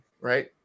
right